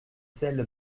celle